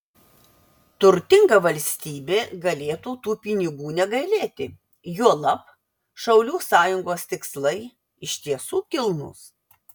turtinga valstybė galėtų tų pinigų negailėti juolab šaulių sąjungos tikslai iš tiesų kilnūs